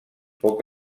poc